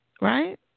right